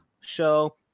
show